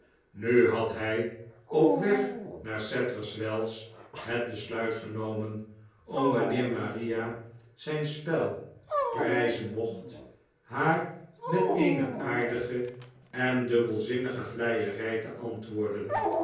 nu had hij op weg naar sadlers wells het besluit genomen om wanneer maria zijnspel prijzen mocht haar met eene aardige en dubbelzinnige vleierij te antwoorden